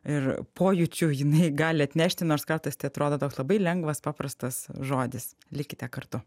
ir pojūčių jinai gali atnešti nors kartais tai atrodo toks labai lengvas paprastas žodis likite kartu